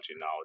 now